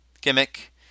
gimmick